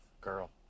girl